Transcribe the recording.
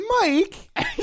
Mike-